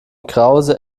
krause